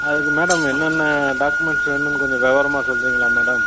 அதுக்கு மேடம் என்னென்ன டாக்குமெண்ட்ஸ் வேணும்னு கொஞ்சம் விவரமா சொல்கிறீங்களா மேடம்